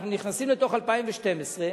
אנחנו נכנסים לתוך 2012,